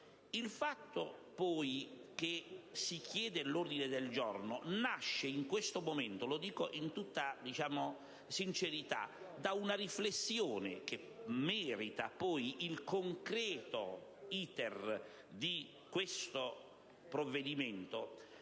Il fatto che poi si chieda l'ordine del giorno nasce in questo momento, lo dico in tutta sincerità, da una riflessione, che merita il concreto *iter* di questo provvedimento,